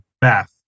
Beth